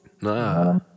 Nah